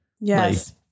yes